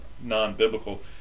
non-biblical